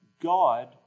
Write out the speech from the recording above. God